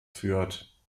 führt